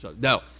No